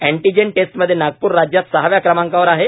antigen टेस्टमध्ये नागप्र राज्यात सहाव्या क्रमांकावर आहे